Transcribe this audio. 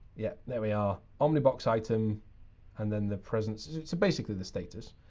yeah, there we are, omnibox item and then the presence so, basically the status.